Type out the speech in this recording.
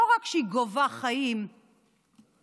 לא רק שהיא גובה חיים מיותרים,